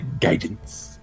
Guidance